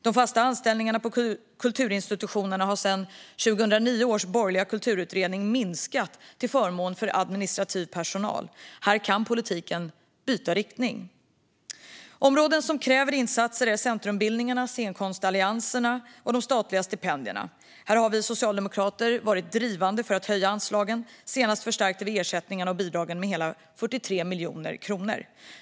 De fasta anställningarna på kulturinstitutionerna har sedan 2009 års borgerliga kulturutredning minskat till förmån för administrativ personal. Här kan politiken byta riktning. Områden som kräver insatser är centrumbildningarna, scenkonstallianserna och de statliga stipendierna. Här har vi socialdemokrater varit drivande för att höja anslagen. Senast förstärkte vi ersättningarna och bidragen med hela 43 miljoner kronor.